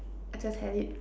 I just had it